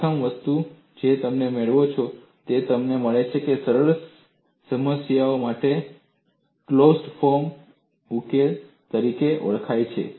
પ્રથમ વસ્તુ જે તમે મેળવો છો તે તમને મળે છે જે સરળ સમસ્યાઓ માટે ક્લોજ્ડ ફોર્મ ઉકેલ તરીકે ઓળખાય છે